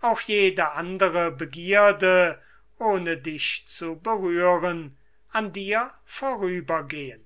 auch jede andere begierde ohne dich zu berühren an dir vorübergehen